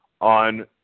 on